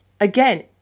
again